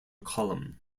column